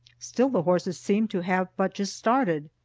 still the horses seemed to have but just started.